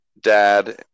dad